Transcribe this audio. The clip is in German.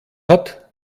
hat